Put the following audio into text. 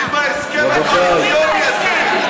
הם חתומים בהסכם הקואליציוני הזה.